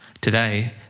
Today